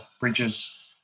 bridges